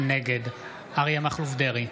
נגד אריה מכלוף דרעי,